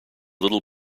little